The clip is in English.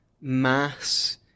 mass